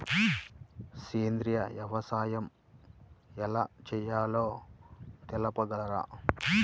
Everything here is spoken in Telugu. సేంద్రీయ వ్యవసాయం ఎలా చేయాలో తెలుపగలరు?